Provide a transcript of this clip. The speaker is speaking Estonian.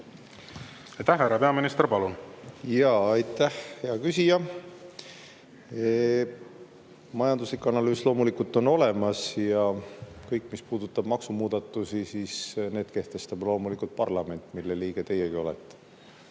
Härra peaminister, palun! Aitäh! Hea küsija! Majandusanalüüs loomulikult on olemas. Kõik, mis puudutab maksumuudatusi, siis need kehtestab loomulikult parlament, mille liige teiegi olete.